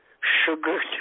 sugar